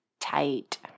Tight